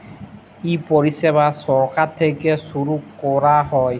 ই পরিছেবা ছরকার থ্যাইকে ছুরু ক্যরা হ্যয়